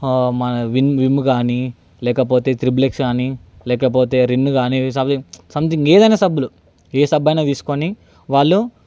మన Vim Vim కాని లేకపోతే త్రిబుల్ ఎక్స్ కాని లేకపోతే రిన్ కాని ఎదో సంథింగ్ సంథింగ్ ఏదైనా సబ్బులు ఏ సబ్బైన తీసుకొని వాళ్ళు